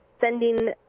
sending